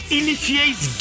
initiates